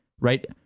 Right